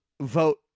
vote